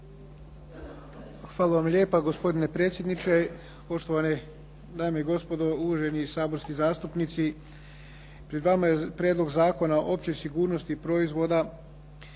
Hvala vam lijepa, gospodine predsjedniče. Poštovane dame i gospodo, uvaženi saborski zastupnici. Pred vama je Prijedlog zakona o općoj sigurnosti proizvoda.